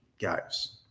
guys